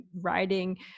writing